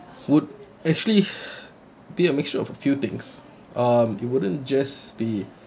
would actually be a mixture of a few things um it wouldn't just be